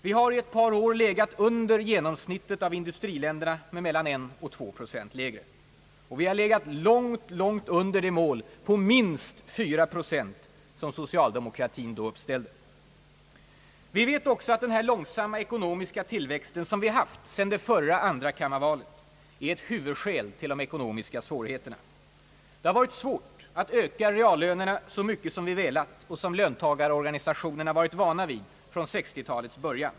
Vi har i ett par år legat under genomsnittet för industriländerna — mellan 1 och 2 procent lägre. Och vi har legat långt, långt un der det mål på »minst 4 procent» som socialdemokratin uppställde. Vi vet också att den långsamma ekonomiska tillväxten sedan förra andrakammarvalet är ett huvudskäl till de ekonomiska svårigheterna. Det har varit svårt att öka reallönerna så mycket som vi velat och som löntagarorganisationerna varit vana vid från 1960-talets början.